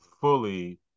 fully